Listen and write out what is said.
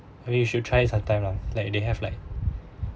maybe you should try it sometime lah like they have like